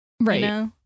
Right